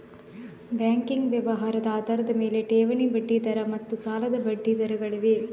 banking ವ್ಯವಹಾರದ ಆಧಾರದ ಮೇಲೆ, ಠೇವಣಿ ಬಡ್ಡಿ ದರ ಮತ್ತು ಸಾಲದ ಬಡ್ಡಿ ದರಗಳಿವೆ